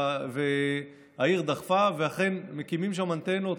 והעיר דחפה, ואכן מקימים שם אנטנות.